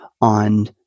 on